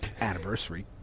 anniversary